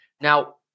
Now